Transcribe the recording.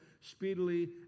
speedily